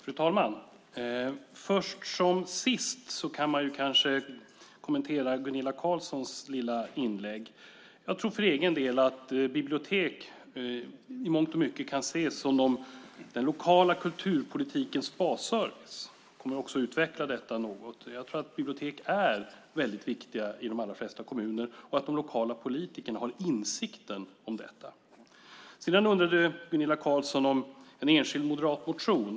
Fru talman! Först som sist kan man kanske kommentera Gunilla Carlssons lilla inlägg. Jag tror för egen del att bibliotek i mångt och mycket kan ses som den lokala kulturpolitikens basservice. Jag kommer också att utveckla detta något. Jag tror att bibliotek är väldigt viktiga i de allra flesta kommuner och att de lokala politikerna har insikten om detta. Sedan undrade Gunilla Carlsson om en enskild moderat motion.